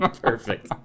Perfect